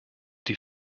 die